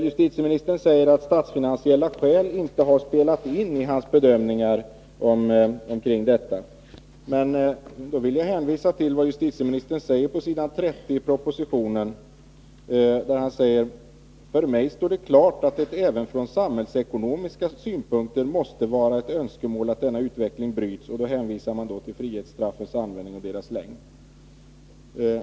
Justitieministern säger att statsfinansiella skäl inte har spelat in vid hans bedömning av detta. Då vill jag hänvisa till vad justitieministern säger på s. 30 i propositionen: ”För mig står det klart att det även från samhällsekonomiska synpunkter måste vara ett önskemål att denna utveckling bryts.” Därvid hänvisar man till frihetsstraffets användning och dess längd.